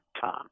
Tom